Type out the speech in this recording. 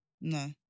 No